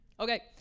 Okay